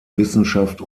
wissenschaft